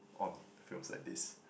on films like this